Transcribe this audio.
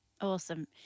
Awesome